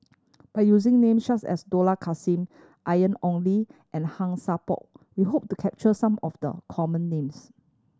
by using names such as Dollah Kassim Ian Ong Li and Han Sai Por we hope to capture some of the common names